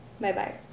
Bye-bye